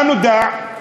מה נודע?